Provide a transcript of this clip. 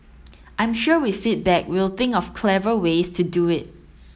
I'm sure with feedback we'll think of clever ways to do it